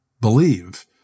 believe